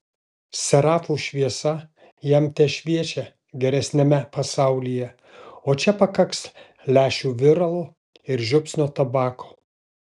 serafų šviesa jam tešviečia geresniame pasaulyje o čia pakaks lęšių viralo ir žiupsnio tabako